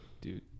Dude